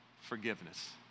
forgiveness